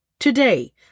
Today